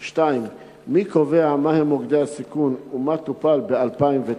2. מי קובע מה הם מוקדי הסיכון, ומה טופל ב-2009?